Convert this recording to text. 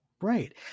Right